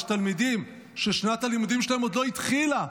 יש תלמידים ששנת הלימודים שלהם עוד לא התחילה,